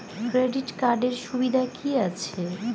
Credit কার্ডের সুবিধা কি আছে?